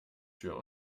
tür